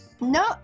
No